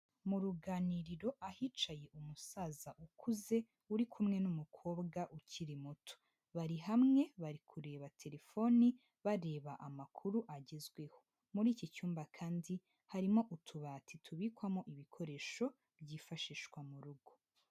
Mu ruganiriro, ahicaye umusaza ukuze, uri kumwe n'umukobwa ukiri muto. Bari hamwe, bari kureba telefoni, bareba amakuru agezweho. Muri iki cyumba kandi, harimo utubati tubikwamo ibikoresho byifashishwa mu rugo.